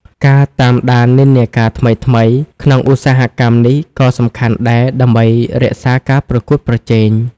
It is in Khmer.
ការតាមដាននិន្នាការថ្មីៗ ក្នុងឧស្សាហកម្មនេះក៏សំខាន់ដែរ ដើម្បីរក្សាការប្រកួតប្រជែង។